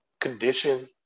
condition